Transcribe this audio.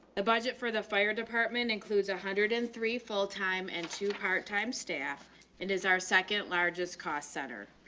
ah budget for the fire department includes one ah hundred and three full time and two part time staff and is our second largest cost center.